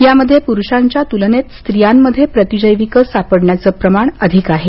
यामध्ये पुरूषांच्या तुलनेत स्त्रियांमध्ये प्रतिजैविक सापडण्याचं प्रमाण अधिक आहे